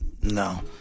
No